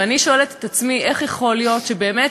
ואני שואלת את עצמי איך יכול להיות שבאמת,